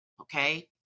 Okay